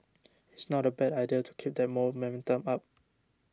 it's not a bad idea to keep that momentum up